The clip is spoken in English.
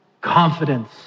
confidence